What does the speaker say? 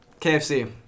KFC